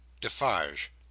defarge